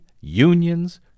unions